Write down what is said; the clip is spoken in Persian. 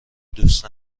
دوست